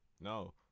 No